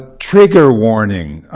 trigger warning.